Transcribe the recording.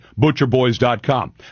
ButcherBoys.com